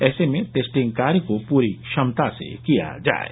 ऐसे में टेस्टिंग कार्य को पूरी क्षमता से किया जाये